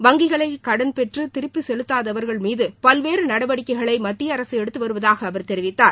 வங்கிகளில் கடன் பெற்று திருப்பி செலுத்தாதவா்கள் மீது பல்வேறு நடவடிக்கைகளை மத்திய அரசு எடுத்து வருவதாக அவர் தெரிவித்தார்